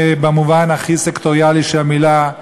במובן הכי סקטוריאלי של המילה,